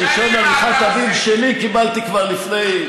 את רישיון עריכת הדין שלי קיבלתי כבר לפני,